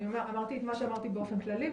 אמרתי את מה שאמרתי באופן כללי,